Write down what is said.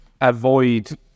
avoid